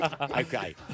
Okay